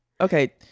okay